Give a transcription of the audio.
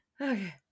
okay